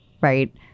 Right